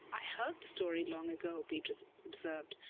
i heard the story long ago, beatrice observed,